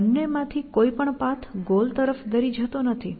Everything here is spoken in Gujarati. આ બંને માંથી કોઈપણ પાથ ગોલ તરફ દોરી જતો નથી